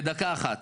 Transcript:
בדקה אחת.